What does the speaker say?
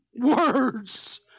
words